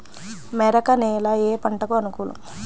మెరక నేల ఏ పంటకు అనుకూలం?